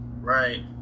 Right